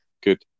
good